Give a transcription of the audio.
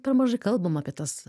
per mažai kalbam apie tas